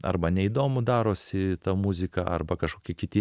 arba neįdomu darosi tą muziką arba kažkokie kiti